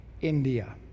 India